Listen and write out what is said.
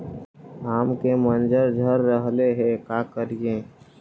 आम के मंजर झड़ रहले हे का करियै?